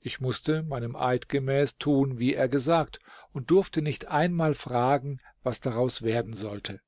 ich mußte meinem eid gemäß tun wie er gesagt und durfte nicht einmal fragen was daraus werden sollte